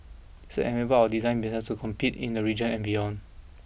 this enable our design businesses to compete in the region and beyond